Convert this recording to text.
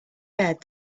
bed